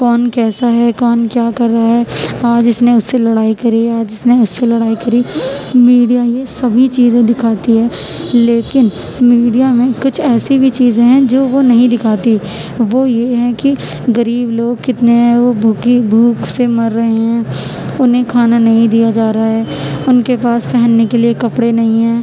کون کیسا ہے کون کیا کر رہا ہے آج اس نے اس سے لڑائی کری ہے آج اس نے اس سے لڑائی کری میڈیا یہ سبھی چیزیں دکھاتی ہے لیکن میڈیا میں کچھ ایسی بھی چیزیں ہیں جو وہ نہیں دکھاتی وہ یہ ہیں کہ غریب لوگ کتنے ہیں وہ بھوکے بھوک سے مر رہے ہیں انہیں کھانا نہیں دیا جا رہا ہے ان کے پاس پہننے کے لیے کپڑے نہیں ہیں